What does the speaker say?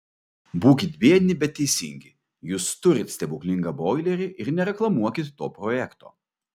būkit biedni bet teisingi jūs turit stebuklingą boilerį ir nereklamuokit to projekto